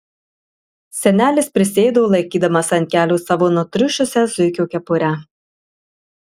senelis prisėdo laikydamas ant kelių savo nutriušusią zuikio kepurę